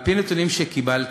על-פי נתונים שקיבלתי,